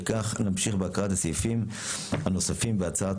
וכך נמשיך בהקראת הסעיפים הנוספים בהצעת